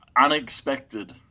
unexpected